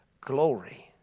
glory